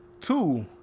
Two